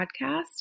podcast